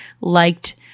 liked